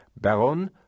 Baron